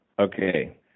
Okay